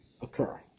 occur